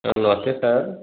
sir नमस्ते sir